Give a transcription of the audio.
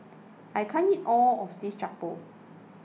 I can't eat all of this Jokbal